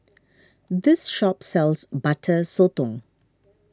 this shop sells Butter Sotong